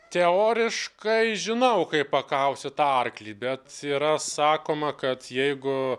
teoriškai žinau kaip pakaustyt arklį bet yra sakoma kad jeigu